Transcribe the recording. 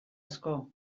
asko